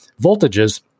voltages